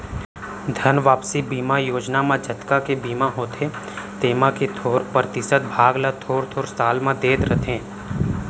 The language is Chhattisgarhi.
धन वापसी बीमा योजना म जतका के बीमा होथे तेमा के थोरे परतिसत भाग ल थोर थोर साल म देत रथें